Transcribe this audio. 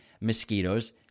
mosquitoes